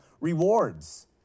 rewards